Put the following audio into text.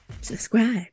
Subscribe